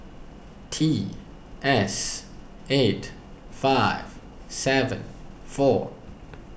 T S eight five seven four